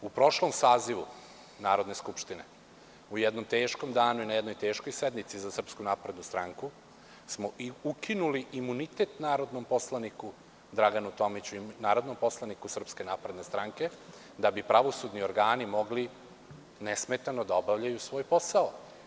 U prošlom sazivu Narodne skupštine, u jednom teškom danu i na jednoj teškoj sednici za SNS, smo ukinuli imunitet narodnom poslaniku Draganu Tomiću, narodnom poslaniku SNS da bi pravosudni organi mogli ne smetano da obavljaju svoj posao.